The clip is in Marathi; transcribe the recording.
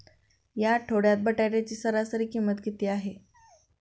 या आठवड्यात बटाट्याची सरासरी किंमत किती आहे?